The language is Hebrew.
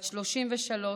בת 33,